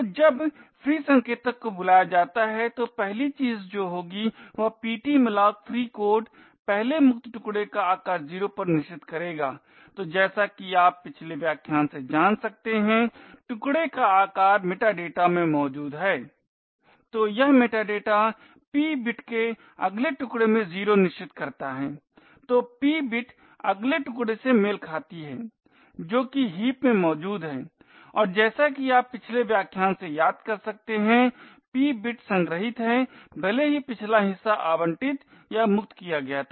तो जब free संकेतक को बुलाया जाता है तो पहली चीज जो होगी वह ptmalloc free कोड पहले मुक्त टुकडे का आकार 0 पर निश्चित करेगा तो जैसा कि आप पिछले व्याख्यान से जान सकते हैं टुकडे का आकार मेटाडेटा में मौजूद है तो यह मेटाडेटा p बिट के अगले टुकडे में 0 निश्चित करता है तो p बिट अगले टुकडे से मेल खाती है जो कि हीप में मौजूद है और जैसा कि आप पिछले व्याख्यान से याद कर सकते हैं p बिट संग्रहित है भले ही पिछला हिस्सा आवंटित या मुक्त किया गया था